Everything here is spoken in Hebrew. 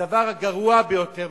הדבר הגרוע ביותר,